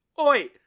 oi